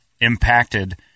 impacted